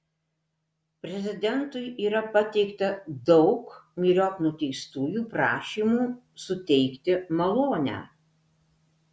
prezidentui yra pateikta daug myriop nuteistųjų prašymų suteikti malonę